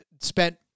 spent